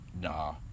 nah